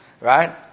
right